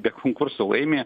be konkurso laimi